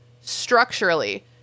structurally